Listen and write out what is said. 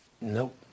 Nope